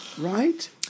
Right